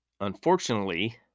Unfortunately